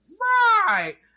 Right